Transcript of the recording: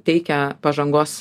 teikia pažangos